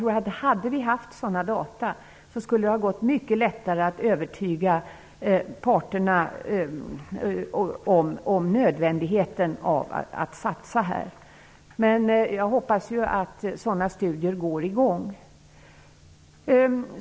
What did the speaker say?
Om vi hade haft sådana data skulle det ha gått mycket lättare att övertyga parterna om nödvändigheten av att satsa på företagshälsovård. Men jag hoppas att sådana studier sätts i gång.